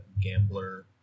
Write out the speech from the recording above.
gambler